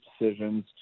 decisions